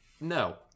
no